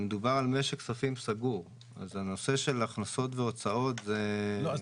מדובר על משק כספים סגור אז הנושא של הכנסות והוצאות --- אז